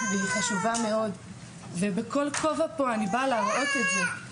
והיא חשובה מאוד ובכל כובע אני באה להראות את זה,